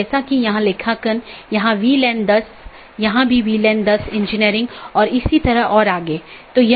BGP को एक एकल AS के भीतर सभी वक्ताओं की आवश्यकता होती है जिन्होंने IGBP कनेक्शनों को पूरी तरह से ठीक कर लिया है